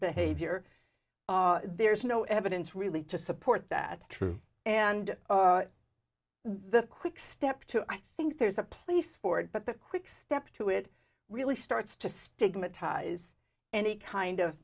behavior there's no evidence really to support that true and the quickstep to i think there's a place for it but the quickstep to it really starts to stigmatize any kind of